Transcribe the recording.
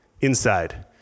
inside